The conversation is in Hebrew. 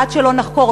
עד שלא נחקור,